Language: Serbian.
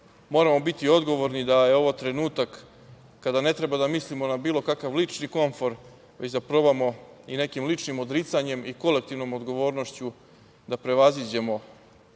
moramo biti odgovorni, da je ovo trenutak kada ne treba da mislimo na bilo kakav lični konfor, već da probamo i nekim ličnim odricanjem i kolektivnom odgovornošću da prevaziđemo neki